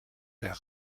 der